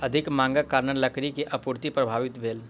अधिक मांगक कारण लकड़ी के आपूर्ति प्रभावित भेल